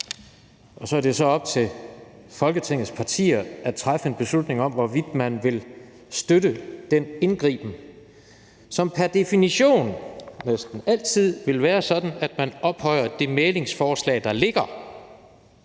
og så er det jo så op til Folketingets partier at træffe en beslutning om, hvorvidt man vil støtte den indgriben, som pr. definition næsten altid vil være sådan, at man ophøjer det mæglingsforslag, der ligger,